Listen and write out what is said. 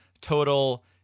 total